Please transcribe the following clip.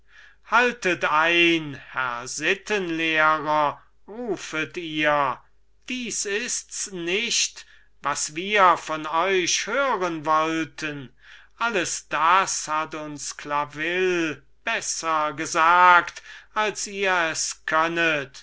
haltet ein herr sittenlehrer rufet ihr das ist nicht was wir von euch hören wollten alles das hat uns claville besser gesagt als ihr es